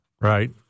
right